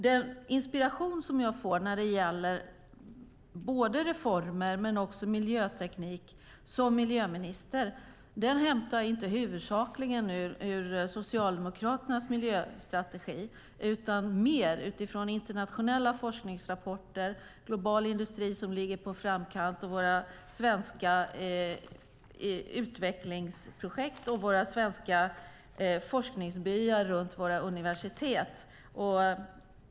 Den inspiration jag får som miljöminister både när det gäller reformer och miljöteknik hämtar jag inte huvudsakligen ur Socialdemokraternas miljöstrategi utan från internationella forskningsrapporter, från global industri som ligger i framkant, från våra svenska utvecklingsprojekt och från forskningsbyarna runt våra svenska universitet.